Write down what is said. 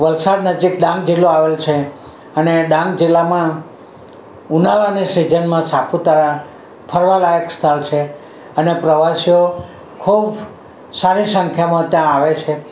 વલસાડ નજીક ડાંગ જિલ્લો આવેલ છે અને ડાંગ જિલ્લામાં ઉનાળાની સિઝનમાં સાપુતારા ફરવા લાયક સ્થળ છે અને પ્રવાસીઓ ખૂબ સારી સંખ્યામાં ત્યાં આવે છે